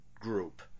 group